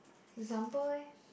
example eh